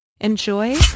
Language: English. Enjoy